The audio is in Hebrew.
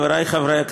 חברי חברי הכנסת,